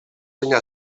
penya